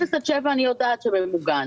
0 עד 7, אני יודעת שזה ממוגן.